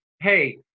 hey